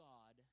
God